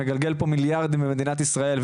שמגלגל פה מיליארדים במדינת ישראל,